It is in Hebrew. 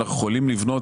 אנחנו יכולים לבנות,